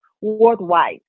worldwide